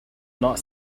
not